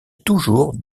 toujours